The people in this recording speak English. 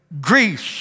Greece